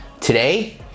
Today